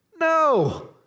No